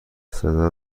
صدا